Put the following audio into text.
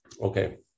Okay